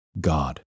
God